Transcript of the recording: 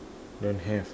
don't have